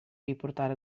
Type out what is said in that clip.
riportare